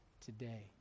today